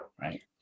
Right